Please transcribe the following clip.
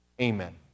Amen